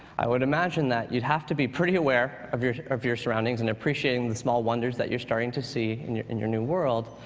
i would imagine that you'd have to be pretty aware of your of your surroundings and appreciating the small wonders that you're starting to see in your in your new world.